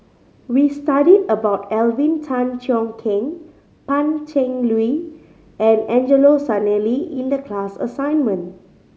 we studied about Alvin Tan Cheong Kheng Pan Cheng Lui and Angelo Sanelli in the class assignment